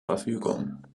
verfügung